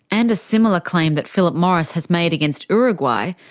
and a similar claim that philip morris has made against uruguay,